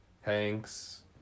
Hanks